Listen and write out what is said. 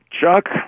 Chuck